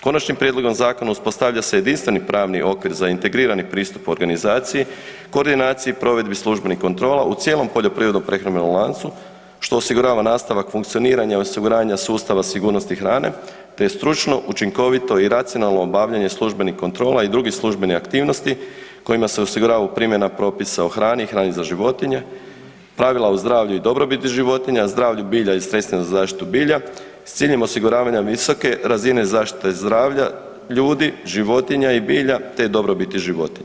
Konačnim prijedlogom zakona uspostavlja se jedinstveni pravni okvir za integrirani pristup organizaciji, koordinaciji, provedbi službenih kontrola u cijelom poljoprivredno-prehrambenom lancu što osigurava nastavak funkcioniranja osiguranja sustava sigurnosti hrane te stručno, učinkovito i racionalno obavljanje službenih kontrola i drugih službenih aktivnosti kojima se osigurava primjena propisa o hrani, hrani za životinje, pravila o zdravlju i dobrobiti životinja, zdravlju bilja i sredstvima za zaštitu bilja s ciljem osiguravanja visoke razine zaštite zdravlja ljudi, životinja i bilja te dobrobiti životinja.